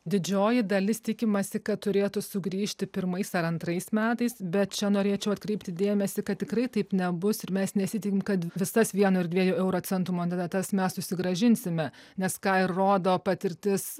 didžioji dalis tikimasi kad turėtų sugrįžti pirmais ar antrais metais bet čia norėčiau atkreipti dėmesį kad tikrai taip nebus ir mes nesitikim kad visas vieno ir dviejų euro centų monetas mes susigrąžinsime nes ką ir rodo patirtis